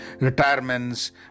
retirements